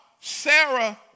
Sarah